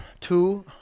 two